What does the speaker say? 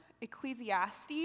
Ecclesiastes